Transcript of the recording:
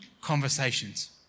conversations